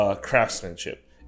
craftsmanship